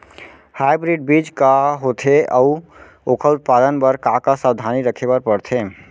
Hybrid बीज का होथे अऊ ओखर उत्पादन बर का का सावधानी रखे बर परथे?